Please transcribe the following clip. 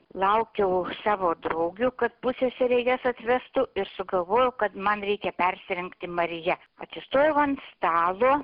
laukiau savo draugių kad pusseserė jas atvestų ir sugalvojau kad man reikia persirengti marija atsistojau ant stalo